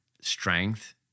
strength